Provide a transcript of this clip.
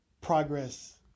progress